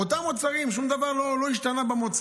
אותם מוצרים, שום דבר לא השתנה במוצר.